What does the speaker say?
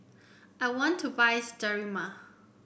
I want to buy Sterimar